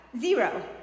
Zero